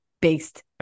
based